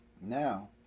Now